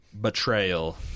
betrayal